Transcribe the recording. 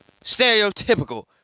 Stereotypical